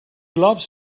loves